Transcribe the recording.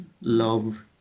love